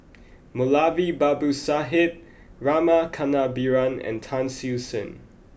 Moulavi Babu Sahib Rama Kannabiran and Tan Siew Sin